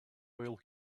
while